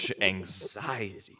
Anxiety